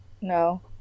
No